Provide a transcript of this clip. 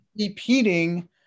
repeating